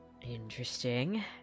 Interesting